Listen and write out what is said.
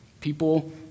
People